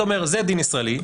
אתה אומר זה דין ישראלי,